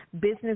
business